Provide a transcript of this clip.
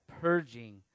purging